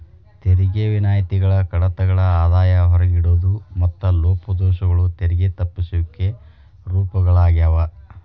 ತೆರಿಗೆ ವಿನಾಯಿತಿಗಳ ಕಡಿತಗಳ ಆದಾಯ ಹೊರಗಿಡೋದು ಮತ್ತ ಲೋಪದೋಷಗಳು ತೆರಿಗೆ ತಪ್ಪಿಸುವಿಕೆ ರೂಪಗಳಾಗ್ಯಾವ